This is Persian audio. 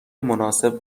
مناسب